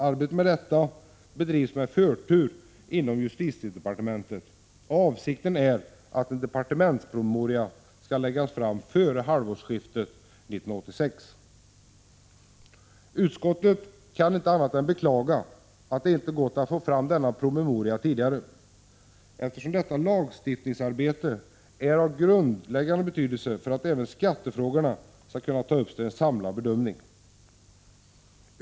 Arbetet med detta bedrivs med förtur inom justitiedepartementet, och avsikten är att en departementspromemoria skall läggas fram före halvårsskiftet 1986. Utskottet kan inte annat än beklaga att det inte gått att få fram denna promemoria tidigare, eftersom detta lagstiftningsarbete är av grundläggande betydelse för att även skattefrågorna skall kunna tas upp till en samlad bedömning.